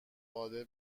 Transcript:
قادر